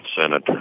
Senate